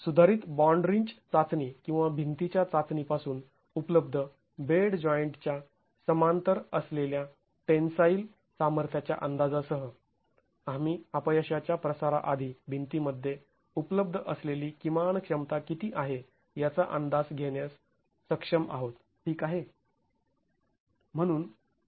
सुधारित bond wrench चाचणी किंवा भिंतीच्या चाचणी पासून उपलब्ध बेड जॉईंट च्या समांतर असलेल्या टेन्साईल सामर्थ्याच्या अंदाजासह आम्ही अपयशाच्या प्रसाराआधी भिंतीमध्ये उपलब्ध असलेली किमान क्षमता किती आहे याचा अंदाज घेण्यास सक्षम आहोत ठीक आहे